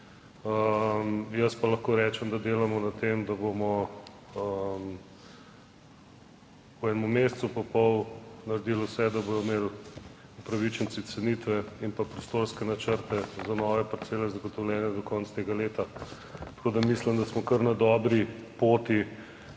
Jaz pa lahko rečem, da delamo na tem, da bomo v enem mesecu pa pol naredili vse, da bodo imeli upravičenci cenitve in pa prostorske načrte za nove parcele zagotovljene do konca tega leta. Tako da mislim, da smo kar na dobri poti,